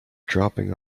dropping